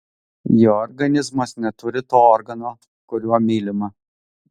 jo organizmas neturi to organo kuriuo mylima